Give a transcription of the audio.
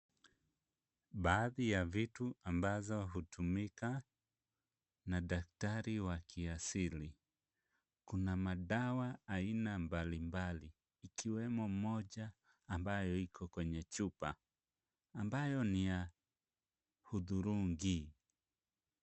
Baadhi ya vitu ambazo hutumika na daktari wa kiasili. Kuna madawa aina mbalimbali, ikiwemo moja ambayo iko kwenye chupa ambayo ni ya hudhurungi.